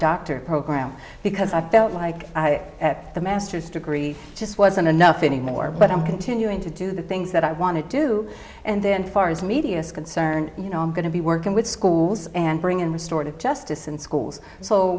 dr program because i felt like i at the master's degree just wasn't enough anymore but i'm continuing to do the things that i want to do and then far as media is concerned you know i'm going to be working with schools and bring in restored justice and schools so